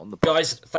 guys